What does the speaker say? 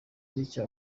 bityo